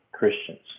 Christians